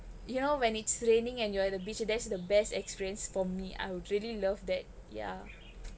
you know when it's raining and you are at beach that's the best experience for me I would really love that yeah